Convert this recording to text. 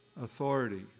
authority